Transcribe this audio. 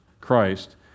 Christ